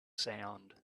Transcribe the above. sound